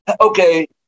okay